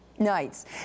Nights